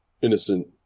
innocent